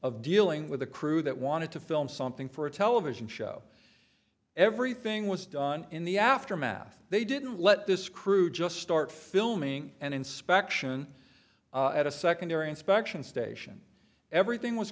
of dealing with a crew that wanted to film something for a television show everything was done in the aftermath they didn't let this crew just start filming and inspection at a secondary inspection station everything was